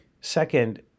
second